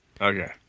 Okay